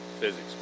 Physics